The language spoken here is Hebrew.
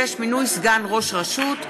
36) (מינוי סגן ראש רשות),